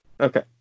Okay